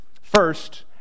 First